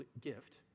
gift